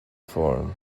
form